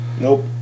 Nope